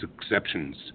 exceptions